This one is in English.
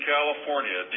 California